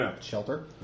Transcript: shelter